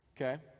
Okay